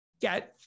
get